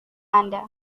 anda